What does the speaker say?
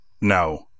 No